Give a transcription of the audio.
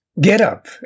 get-up